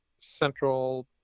central